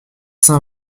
saint